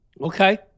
Okay